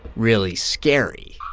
really scary